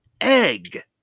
egg